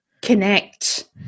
connect